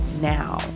now